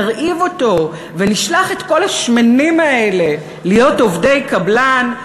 נרעיב אותו ונשלח את כל השמנים האלה להיות עובדי קבלן,